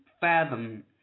fathom